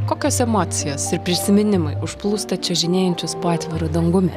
kokios emocijos ir prisiminimai užplūsta čiuožinėjančius po atviru dangumi